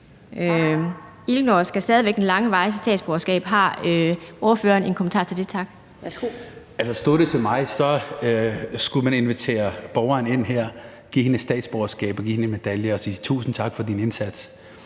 Stod det til mig, skulle man invitere borgeren herind, give hende et statsborgerskab og give hende en medalje og sige tusind tak for hendes indsats,